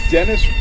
Dennis